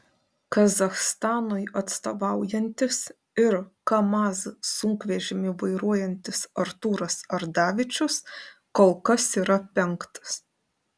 kazachstanui atstovaujantis ir kamaz sunkvežimį vairuojantis artūras ardavičius kol kas yra penktas